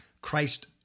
Christ